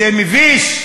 זה מביש.